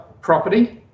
property